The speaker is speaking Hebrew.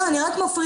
לא, אני רק מפרידה.